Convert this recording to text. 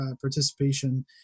participation